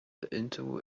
into